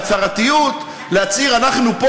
בהצהרתיות להצהיר: אנחנו פה,